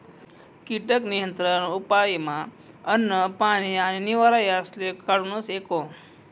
कीटक नियंत्रण उपयमा अन्न, पानी आणि निवारा यासले काढूनस एको